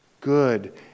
Good